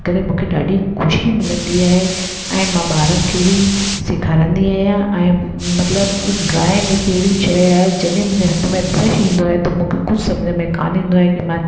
तॾहिं मूंखे ॾाढी ख़ुशी मिलंदी आहे ऐं मां ॿारनि खे बि सेखारींदी आहियां ऐं मतिलबु ड्राइंग हिकु अहिड़ी शइ आहे जॾहिं मुंहिंजे हथ में ब्रश ईंदो आहे त मूंखे सम्झ में कुझु कान ईंदो आहे की मां